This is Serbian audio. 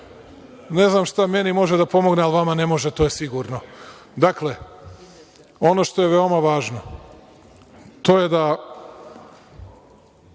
Ne znam šta meni može da pomogne, ali vama ne može to je sigurno. Dakle, ono što je veoma važno, to je da